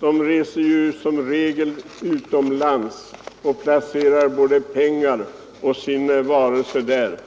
reser som regel utomlands och placerar både pengar och sin varelse där.